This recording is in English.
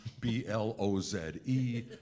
B-L-O-Z-E